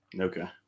okay